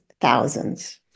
thousands